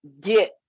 get